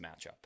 matchup